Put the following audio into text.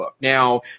Now